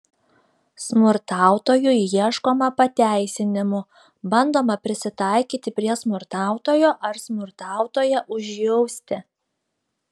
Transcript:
smurtautojui ieškoma pateisinimų bandoma prisitaikyti prie smurtautojo ar smurtautoją užjausti